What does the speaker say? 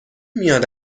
میاد